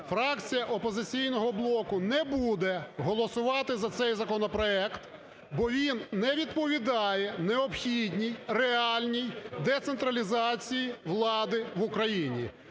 Фракція "Опозиційного блоку" не буде голосувати за цей законопроект, бо він не відповідає необхідній реальній децентралізації влади в Україні.